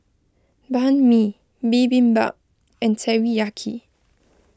Banh Mi Bibimbap and Teriyaki